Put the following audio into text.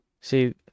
See